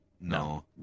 no